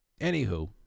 anywho